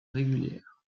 régulières